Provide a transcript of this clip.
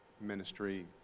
ministry